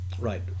Right